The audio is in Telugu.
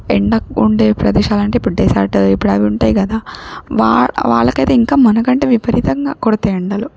ఎండ ఉండే ప్రదేశాలంటే ఇప్పుడు డెసార్ట్ ఇప్పుదు అవి ఉంటాయి కదా వా వాళ్ళకైతే ఇంకా మనకంటే విపరీతంగా కొడతాయి ఎండలు